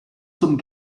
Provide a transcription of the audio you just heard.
zum